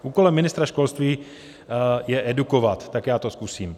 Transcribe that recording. Úkolem ministra školství je edukovat, tak já to zkusím.